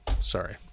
sorry